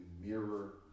mirror